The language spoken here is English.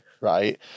right